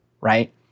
right